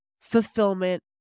fulfillment